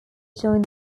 joined